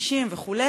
קשישים וכו'.